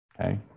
Okay